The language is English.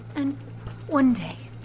and one day,